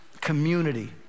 Community